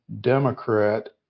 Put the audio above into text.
Democrat